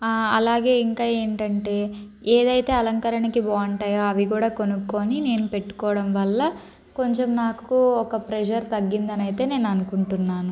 అలాగే ఇంకా ఏంటంటే ఏదైతే అలంకరణకు బాగుంటాయో అవి కూడా కొనుక్కొని నేను పెట్టుకోవడం వల్ల కొంచెం నాకు ఒక ప్రెజర్ తగ్గింది అని అయితే నేను అనుకుంటున్నాను